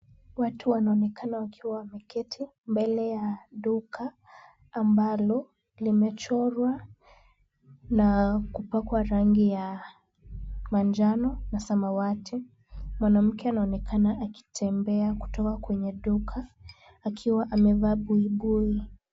Watu wanaonekana wakiwa wameketi mbele ya duka, ambalo limechorwa na kupakwa rangi ya manjano na samawati. Mwanamke anaonekana akitembea kutoka kwenye duka akiwa amevaa buibui.